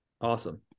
Awesome